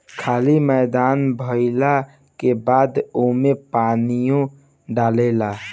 खाली मैदान भइला के बाद ओमे पानीओ डलाला